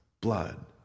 blood